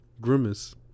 Grimace